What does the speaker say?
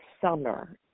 summer